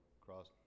cross